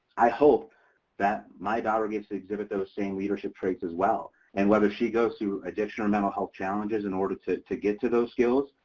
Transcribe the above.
i hope that my daughter gets to exhibit the seeing leadership traits as well and whether she goes through additional mental health challenges in order to to get to those skills,